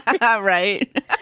right